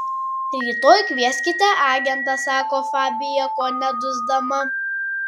rytoj kvieskite agentą sako fabija kone dusdama